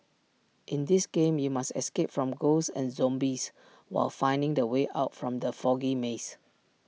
in this game you must escape from ghosts and zombies while finding the way out from the foggy maze